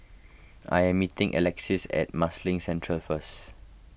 I am meeting Alexis at Marsiling Central first